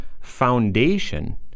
Foundation